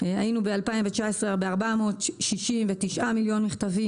בשנת 2019 היינו ב-469 מיליון מכתבים